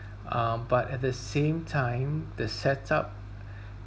um but at the same time the set up